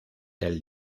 del